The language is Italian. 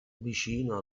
vicino